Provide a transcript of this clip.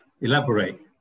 Elaborate